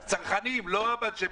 צרכנים, לא אנשי מסחר.